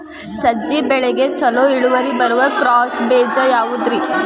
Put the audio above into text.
ಸಜ್ಜೆ ಬೆಳೆಗೆ ಛಲೋ ಇಳುವರಿ ಬರುವ ಕ್ರಾಸ್ ಬೇಜ ಯಾವುದ್ರಿ?